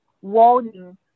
warning